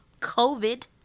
COVID